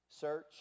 search